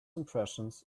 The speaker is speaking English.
impressions